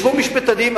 ישבו משפטנים,